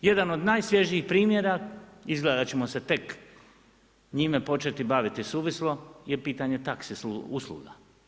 Jedan od najsvježijih primjera, izgleda da ćemo se tek njime početi baviti suvislo, je pitanje taxi usluga.